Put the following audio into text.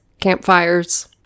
campfires